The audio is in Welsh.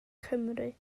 cymru